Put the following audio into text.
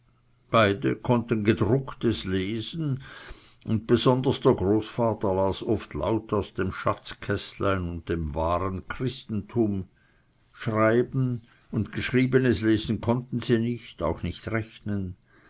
beide konnten gedrucktes lesen und besonders der großvater las oft laut aus dem schatzkästlein und dem wahren christentum schreiben und geschriebenes lesen konnten sie nicht auch nicht rechnen